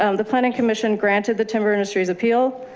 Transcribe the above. um the planning commission granted the timber industry's appeal.